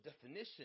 definition